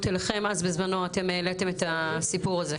אליכם אז בזמנו אתם העליתם את הסיפור הזה.